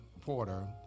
Porter